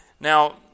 Now